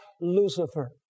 Lucifer